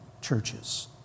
churches